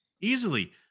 easily